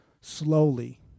slowly